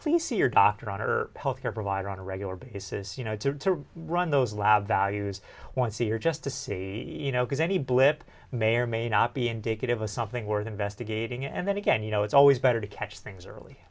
please see your doctor on her health care provider on a regular basis you know to run those lab values once a year just to see you know because any blip may or may not be indicative of something worth investigating and then again you know it's always better to catch things early